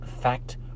fact